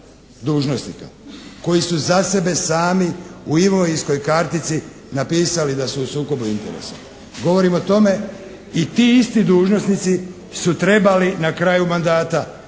dužnosnika koji su za sebe sami u imovinskoj kartici napisali da su u sukobu interesa. Govorim o tome i ti isti dužnosnici su trebali na kraju mandata podnijeti